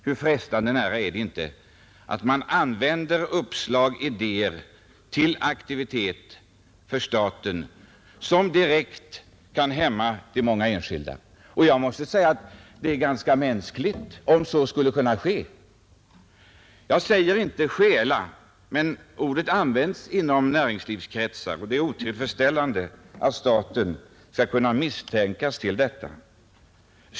Hur frestande nära är det inte att man använder uppslag och idéer till aktivitet för staten som direkt kan hämma de många enskilda. Jag måste säga att det är ganska mänskligt om så skulle kunna ske. Jag säger inte ”stjäla” men ordet används inom näringslivskretsar, och det är otillfredsställande att staten skall kunna misstänkas för sådant.